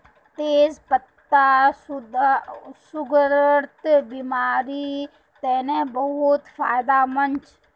तेच पत्ता सुगरेर बिमारिर तने बहुत फायदामंद